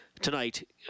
tonight